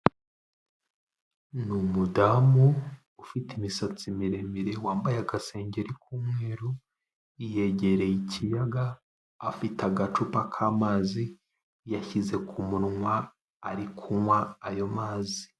Ni umudamu ufite imisatsi miremire, wambaye agasengeri k'umweru, yegereye ikiyaga, afite agacupa k'amazi yashyize ku munwa, ari kunywa ayo mazi.